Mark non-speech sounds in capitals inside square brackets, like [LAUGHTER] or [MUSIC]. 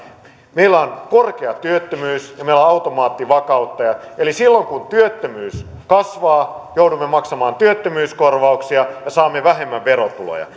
meillä on korkea työttömyys ja meillä on automaattivakauttajat eli silloin kun työttömyys kasvaa joudumme maksamaan työttömyyskorvauksia ja saamme vähemmän verotuloja [UNINTELLIGIBLE]